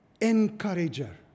encourager